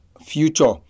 future